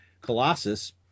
Colossus